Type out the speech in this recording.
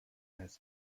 has